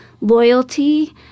loyalty